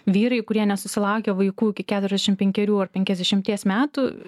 vyrai kurie nesusilaukia vaikų iki keturiasdešim penkerių ar penkiasdešimties metų